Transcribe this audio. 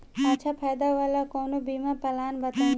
अच्छा फायदा वाला कवनो बीमा पलान बताईं?